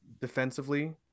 defensively